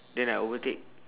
then I overtake